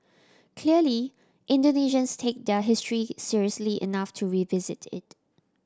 clearly Indonesians take their history seriously enough to revisit it